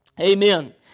Amen